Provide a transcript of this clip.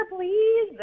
please